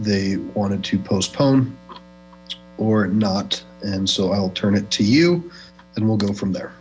they wanted to postpone or not and so i'll turn it to you and we'll go from there